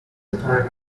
retirement